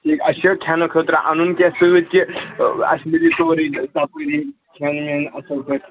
ٹھیٖک اَسہِ چھِ کھٮ۪نہٕ خٲطرٕ اَنُن کیٚنٛہہ سۭتۍ کہِ اَسہِ مِلہِ سورُے تَپٲری کھٮ۪ن وٮ۪ن اَصٕل پٲٹھۍ